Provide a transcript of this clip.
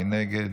מי נגד?